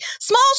Small